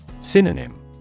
Synonym